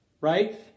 right